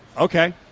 Okay